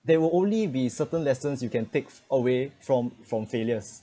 there will only be certain lessons you can takes away from from failures